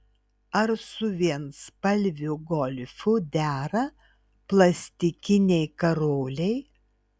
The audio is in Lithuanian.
ar su vienspalviu golfu dera plastikiniai karoliai